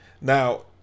Now